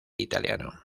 italiano